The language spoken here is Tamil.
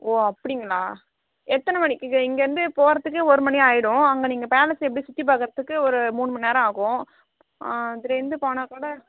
ஓ அப்படிங்களா எத்தனை மணிக்கு இங்கேருந்து போகறதுக்கு ஒரு மணி ஆயிடும் அங்கே நீங்கள் பிளஸ எப்படி சுற்றிபாக்குறதுக்கு ஒரு மூன்னுமண்ணேரோ ஆகும் அதுலருந்து போனால்கூட